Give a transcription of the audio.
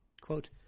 Quote